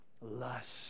lust